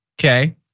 Okay